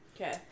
Okay